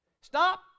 Stop